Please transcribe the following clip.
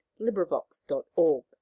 LibriVox.org